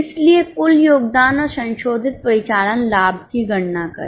इसलिए कुल योगदान और संशोधित परिचालन लाभ की गणना करें